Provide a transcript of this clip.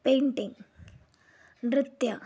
painting ನೃತ್ಯ